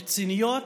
רציניות,